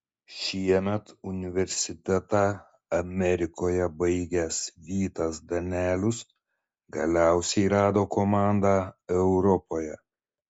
šiemet universitetą amerikoje baigęs vytas danelius galiausiai rado komandą europoje